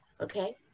Okay